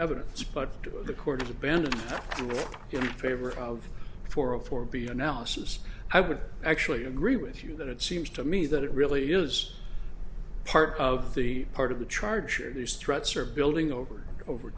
evidence but to the court to bend your favor of for a for b analysis i would actually agree with you that it seems to me that it really is part of the part of the charge these threats are building over over